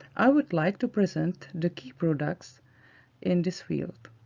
i would like to present the key products in this field.